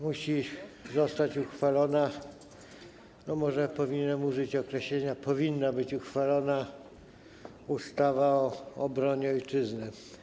Musi zostać uchwalona, może powinienem użyć określenia: powinna być uchwalona ustawa o obronie Ojczyzny.